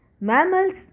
mammals